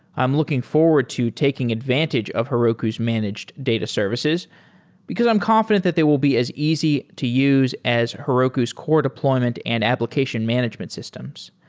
i'm looking forward to taking advantage of heroku's managed data services because i'm confident that they will be as easy to use as heroku's core deployment and application management systems.